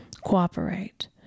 cooperate